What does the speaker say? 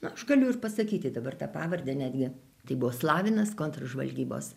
aš galiu ir pasakyti dabar tą pavardę netgi tai buvo slavinas kontržvalgybos